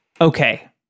okay